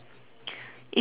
is your dog grey